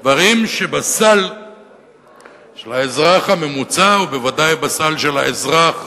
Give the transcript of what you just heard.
דברים שבסל של האזרח הממוצע, ובוודאי של האזרח